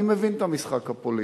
אני מבין את המשחק הפוליטי,